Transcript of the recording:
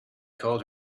called